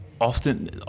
often